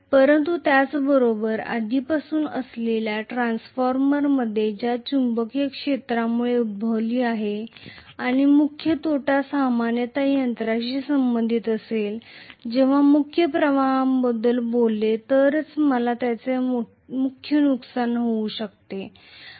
परंतु त्याबरोबरच मला मुख्य तोटा देखील होऊ शकतो ज्याची चर्चा आपण आधीपासूनच ट्रान्सफॉर्मरमध्ये केली होती जे चुंबकीय क्षेत्रामुळे होते आणि मुख्य तोटा सामान्यतः केवळ मशीनशी संबंधित असेल जर मी पर्यायी प्रवाह बद्दल बोलत असेल तर